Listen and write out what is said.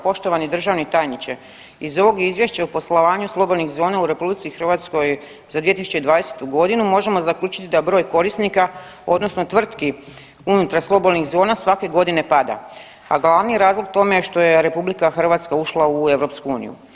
Poštovani državni tajniče iz ovog Izvješća o poslovanju slobodnih zona u RH za 2020. godinu možemo zaključiti da broj korisnika odnosno tvrtki unutar slobodnih zona svake godine pada, a glavni razlog tome je što je RH ušla u EU.